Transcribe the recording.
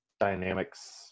dynamics